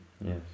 Yes